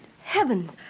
heavens